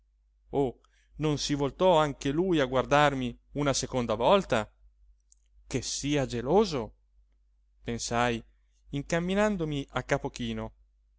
o non si voltò anche lui a guardarmi una seconda volta che sia geloso pensai incamminandomi a capo chino